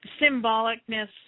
symbolicness